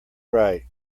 right